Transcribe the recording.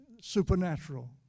supernatural